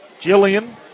Jillian